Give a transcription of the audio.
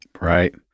Right